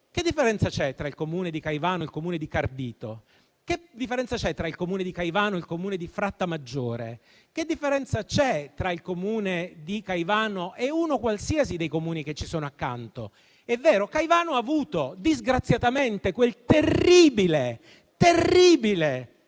che differenza c'è tra il comune di Caivano e il comune di Cardito? Che differenza c'è tra il comune di Caivano ed il comune di Frattamaggiore? Che differenza c'è tra il comune di Caivano ed uno qualsiasi dei Comuni limitrofi? È vero, a Caivano si è disgraziatamente verificato quel terribile